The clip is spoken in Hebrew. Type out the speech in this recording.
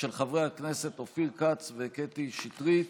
של חברי הכנסת אופיר כץ וקטי שטרית.